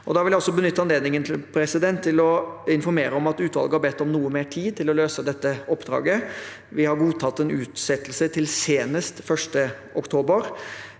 pågår. Jeg vil benytte anledningen til å informere om at utvalget har bedt om noe mer tid til å løse dette oppdraget. Vi har godtatt en utsettelse til senest 1. oktober